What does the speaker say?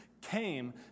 came